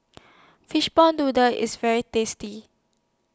Fishball Noodle IS very tasty